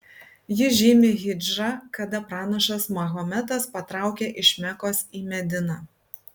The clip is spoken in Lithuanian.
ji žymi hidžrą kada pranašas mahometas patraukė iš mekos į mediną